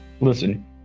Listen